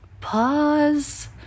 Pause